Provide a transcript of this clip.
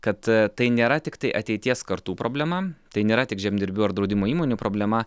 kad tai nėra tiktai ateities kartų problema tai nėra tik žemdirbių ar draudimo įmonių problema